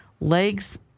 legs